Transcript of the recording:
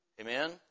Amen